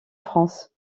france